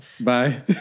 Bye